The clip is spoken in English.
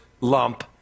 lump